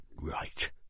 right